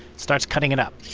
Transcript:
starts cutting it up